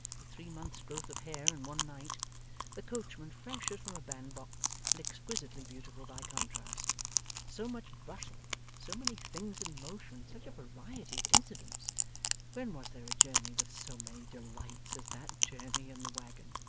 with three months' growth of hair in one night the coachman fresh as from a band-box, and exquisitely beautiful by contrast so much bustle, so many things in motion, such a variety of incidents when was there a journey with so many delights as that journey in the waggon!